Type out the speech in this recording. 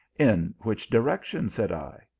in which direction? said i.